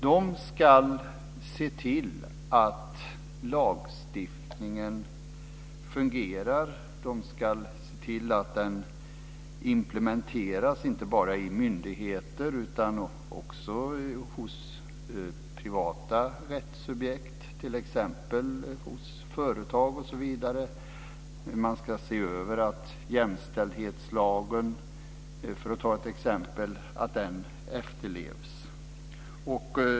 De ska se till att lagstiftningen fungerar. De ska se till att den implementeras inte bara i myndigheter utan också hos privata rättssubjekt, t.ex. hos företag. De ska se över att jämställdhetslagen, för att ta ett exempel, efterlevs.